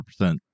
100%